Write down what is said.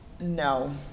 No